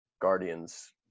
Guardians